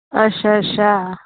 अच्छा अच्छा